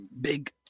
big